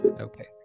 Okay